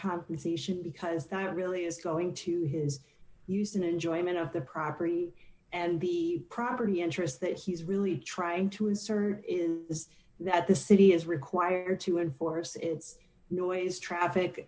compensation because that really is going to his use and enjoyment of the property and the property interests that he's really trying to insert in d is that the city is required to enforce its noise traffic